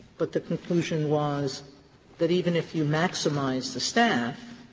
but the conclusion was that even if you maximize the staff,